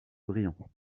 briand